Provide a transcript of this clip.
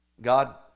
God